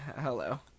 Hello